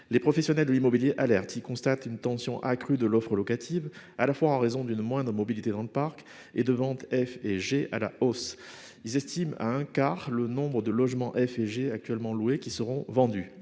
Les professionnels de l'immobilier alertent : ils constatent une tension accrue de l'offre locative, à la fois en raison d'une moindre mobilité dans le parc, et de ventes de biens classés F et G à la hausse. Ils estiment à un quart le nombre de logements classés F et G actuellement loués qui seront vendus.